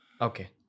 Okay